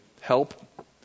help